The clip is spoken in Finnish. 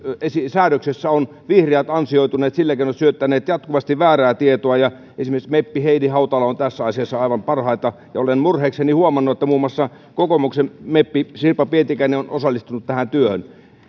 säädöksessä ovat vihreät ansioituneet sillä että he ovat syöttäneet jatkuvasti väärää tietoa esimerkiksi meppi heidi hautala on tässä asiassa aivan parhaita ja olen murheekseni huomannut että muun muassa kokoomuksen meppi sirpa pietikäinen on osallistunut tähän työhön